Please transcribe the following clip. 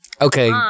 okay